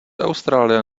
austrálie